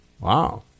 Wow